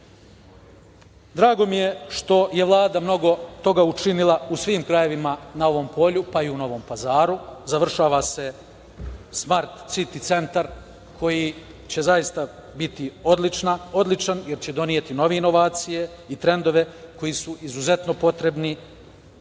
mi je što je Vlada mnogo toga učinila u svim krajevima na ovom polju, pa i u Novom Pazaru. Završava se „Smart siti centar“ koji će zaista biti odličan, jer će doneti nove inovacije i trendove koji su izuzetno potrebni